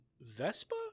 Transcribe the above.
Vespa